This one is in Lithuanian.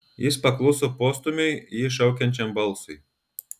jis pakluso postūmiui jį šaukiančiam balsui